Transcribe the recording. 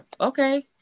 okay